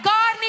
God